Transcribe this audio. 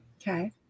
Okay